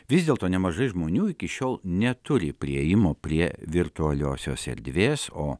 vis dėlto nemažai žmonių iki šiol neturi priėjimo prie virtualiosios erdvės o